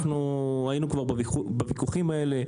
אנחנו היינו כבר בוויכוחים האלה,